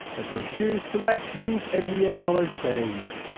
and from here select use nvidia color settings,